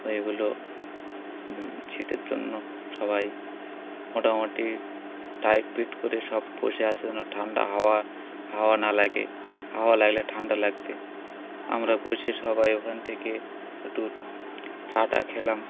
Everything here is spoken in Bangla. ওইগুলো শীতের জন্য সবাই মোটামুটি টাইট ফিট করে সব বসে আসে যেন ঠান্ডা হাওয়া হাওয়া না লাগে হাওয়া লাগলে ঠান্ডা লাগবে আমরা বসে সবাই ওখান থেকে একটু চা টা খেলাম